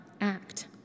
act